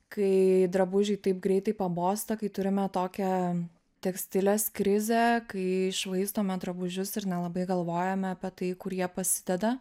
kai drabužiai taip greitai pabosta kai turime tokią tekstilės krizę kai iššvaistome drabužius ir nelabai galvojame apie tai kur jie pasideda